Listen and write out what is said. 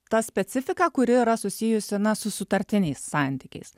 ta specifika kuri yra susijusi na su sutartiniais santykiais